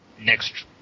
next